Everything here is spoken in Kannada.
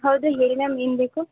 ಹೌದಾ ಹೇಳಿ ಮ್ಯಾಮ್ ಏನುಬೇಕು